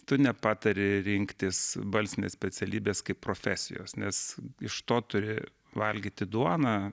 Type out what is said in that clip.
tu nepatari rinktis balsinės specialybės kaip profesijos nes iš to turi valgyti duoną